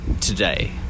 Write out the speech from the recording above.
today